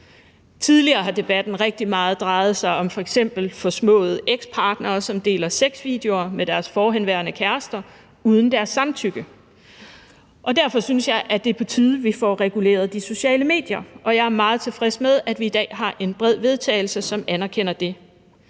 Tidligere har debatten rigtig meget drejet sig om f.eks. forsmåede ekspartnere, som deler sexvideoer med deres forhenværende kærester uden deres samtykke, og derfor synes jeg, det er på tide, at vi får reguleret de sociale medier, og jeg er meget tilfreds med, at vi i dag har en bred vedtagelse, som anerkender det.